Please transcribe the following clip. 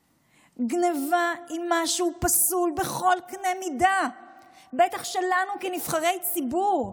גניבה היא משהו פסול בכל קנה מידה בטח לנו כנבחרי ציבור.